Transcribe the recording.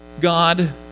God